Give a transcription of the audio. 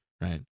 right